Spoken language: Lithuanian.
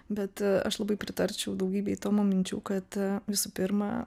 bet aš labai pritarčiau daugybei tomo minčių kad visų pirma